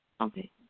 Okay